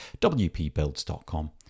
wpbuilds.com